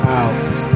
out